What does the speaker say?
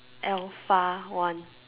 alpha one